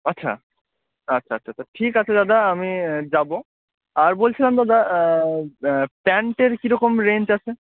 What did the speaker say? আচ্ছা আচ্ছা আচ্ছা আচ্ছা ঠিক আছে দাদা আমি যাব আর বলছিলাম দাদা প্যান্টের কীরকম রেঞ্জ আছে